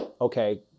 okay